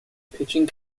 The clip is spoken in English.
pitching